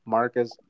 Marcus